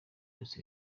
yose